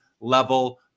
level